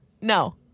No